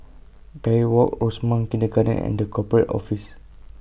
Parry Walk Rosemount Kindergarten and The Corporate Office